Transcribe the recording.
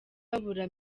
babura